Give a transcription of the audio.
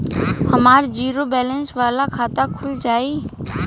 हमार zero balance वाला खाता खुल जाई?